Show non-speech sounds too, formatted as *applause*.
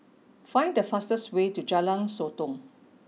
find the fastest way to Jalan Sotong *noise*